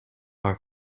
are